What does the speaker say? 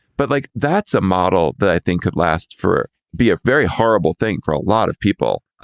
but like that's a model that i think could last for be a very horrible thing for a lot of people,